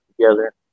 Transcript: together